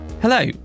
Hello